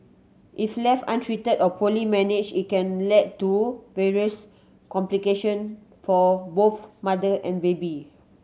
if left untreated or poorly managed it can lead to various complication for both mother and baby